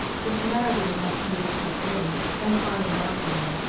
the samaritan must needs help him in and climb in after him.